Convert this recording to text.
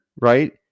right